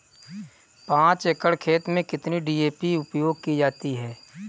पाँच एकड़ खेत में कितनी डी.ए.पी उपयोग की जाती है?